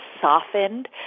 softened